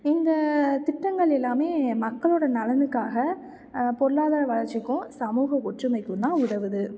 இந்தத் திட்டங்கள் எல்லாமே மக்களோடய நலனுக்காக பொருளாதார வளர்ச்சிக்கும் சமூக ஒற்றுமைக்கும் தான் உதவுது